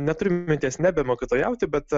neturiu minties nebe mokytojauti bet